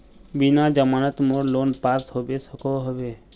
बिना जमानत मोर लोन पास होबे सकोहो होबे?